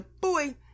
boy